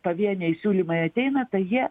pavieniai siūlymai ateina tai jie